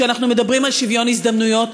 כשאנחנו מדברים על שוויון הזדמנויות,